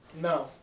No